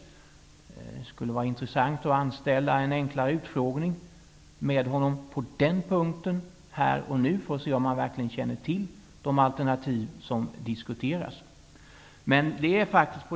Det skulle vara intressant att anställa en enklare utfrågning med honom på denna punkt här och nu för att se om han verkligen känner till de alternativ som diskuteras.